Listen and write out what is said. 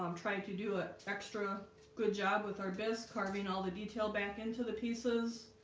um try and to do it extra good job with our best carving all the detail back into the pieces